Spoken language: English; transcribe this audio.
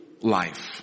life